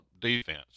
defense